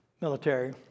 military